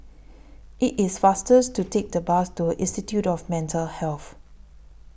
IT IS faster to Take The Bus to Institute of Mental Health